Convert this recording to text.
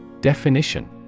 Definition